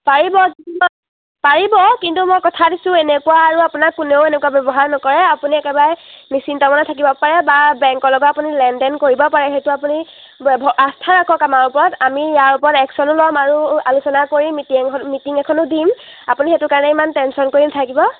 পাৰিব পাৰিব কিন্তু মই কথা দিছোঁ এনেকুৱা আৰু আপোনাক কোনেও এনেকুৱা ব্যৱহাৰ নকৰে আপুনি একেবাৰে নিচিন্তমনে থাকিব পাৰে বা বেংকৰ লগত আপুনি লেনদেন কৰিব পাৰে সেইটো আপুনি ব্যৱ আস্থা ৰাখক আমাৰ ওপৰত আমি ইয়াৰ ওপৰত একশ্যনো ল'ম আৰু আলোচনা কৰি মিটিংখন মিটিং এখনো দিম আপুনি সেইটো কাৰণে ইমান টেনশ্যন কৰি নাথাকিব